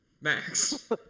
Max